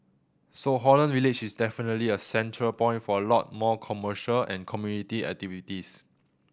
so Holland Village is definitely a central point for a lot more commercial and community activities